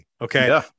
okay